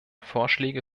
vorschläge